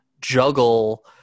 juggle